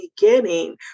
beginning